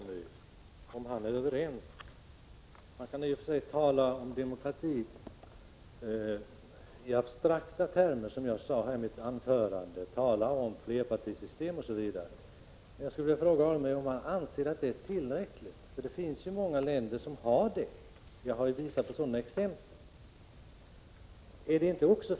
Herr talman! Jag skulle vilja ställa en fråga till Stig Alemyr. Man kan, som jag sade tidigare, i och för sig tala om demokrati i abstrakta termer och tala om flerpartisystem osv., men jag vill fråga Stig Alemyr om han anser att detta är tillräckligt. Det finns ju många länder som har ett sådant system, vilket jag har gett exempel på.